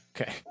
okay